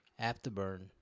Afterburn